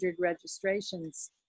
registrations